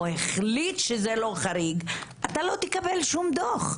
או החליט שזה לא חריג - אתה לא תקבל שום דוח,